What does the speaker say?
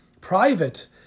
private